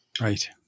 Right